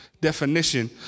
definition